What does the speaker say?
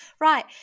Right